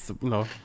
No